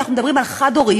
אנחנו מדברים על חד-הוריות,